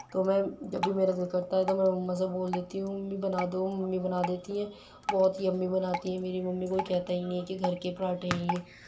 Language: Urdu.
تو میں جب بھی میرا دِل کرتا ہے تو میں مما سے بول دیتی ہوں ممی بنا دو ممی بنا دیتی ہیں بہت ہی یمی بناتی ہیں میری ممی کوئی کہتا ہی نہیں ہے کہ گھر کے پراٹھے ہیں یہ